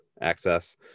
access